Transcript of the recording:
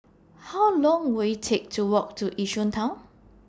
How Long Will IT Take to Walk to Yishun Town